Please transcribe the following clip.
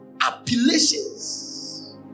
Appellations